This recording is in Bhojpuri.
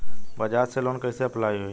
बज़ाज़ से लोन कइसे अप्लाई होई?